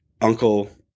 uncle